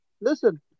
Listen